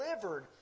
delivered